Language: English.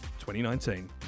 2019